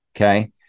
okay